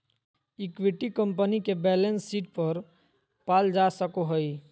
equity company के balance sheet पर पाल जा सको हइ